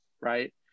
right